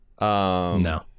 No